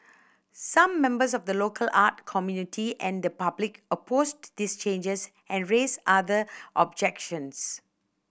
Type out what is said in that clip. some members of the local art community and the public opposed these changes and raised other objections